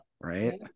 right